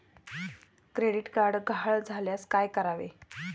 Credit card गहाळ झाल्यास काय करावे?